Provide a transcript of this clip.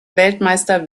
weltmeister